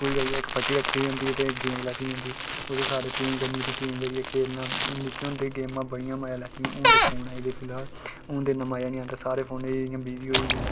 ते स्कूल जाइयै इक फट्टी लैती दी होंदी ही ते इक गेंद लैती दी होंदी ही ओह् सारें टीम करनी फ्ही टीम करियै खेलना निक्के होंदे गेम्मां बड़ियां मजा लैती दियां ते हून ते फोन आई गेदे फिलहाल हून ते इ'न्ना मजा निं औंदा हून सारे इ'यां बिजी होई गेदे